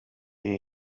que